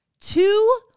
Two